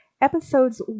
Episodes